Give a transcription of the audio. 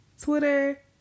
Twitter